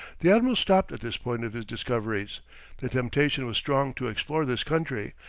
the admiral stopped at this point of his discoveries the temptation was strong to explore this country,